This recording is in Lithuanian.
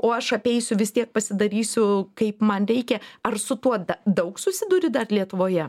o aš apeisiu vis tiek pasidarysiu kaip man reikia ar su tuo daug susiduri dar lietuvoje